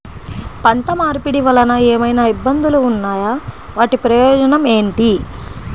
పంట మార్పిడి వలన ఏమయినా ఇబ్బందులు ఉన్నాయా వాటి ప్రయోజనం ఏంటి?